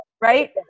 Right